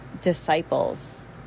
disciples